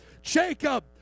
jacob